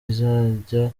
izajya